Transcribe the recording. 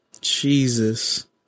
Jesus